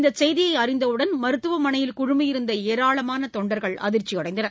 இந்த செய்தியை அறிந்தவுடன் மருத்துவமனயில் குழுமியிருந்த ஏராளமான தொண்டர்கள் அதிர்ச்சியடைந்தனர்